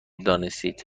دانستید